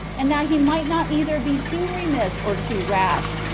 and that he might not either be too remiss or too rash,